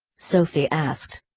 sophie asked.